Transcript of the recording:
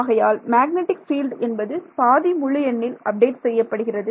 ஆகையால் magnetic field என்பது பாதி முழு எண்ணில் அப்டேட் செய்யப்படுகிறது